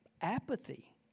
apathy